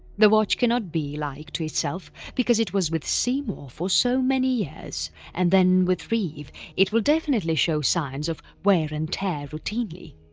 the watch cannot be alike like to itself, because it was with seymour for so many years and then with reeve, it will definitely show signs of wear and tear routinely.